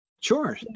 Sure